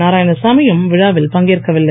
நாராயணசாமி யும் விழாவில் பங்கேற்கவில்லை